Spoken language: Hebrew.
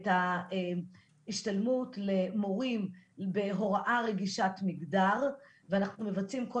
את ההשתלמות למורים בהוראה רגישת מגדר ואנחנו מבצעים כל